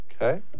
Okay